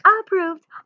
approved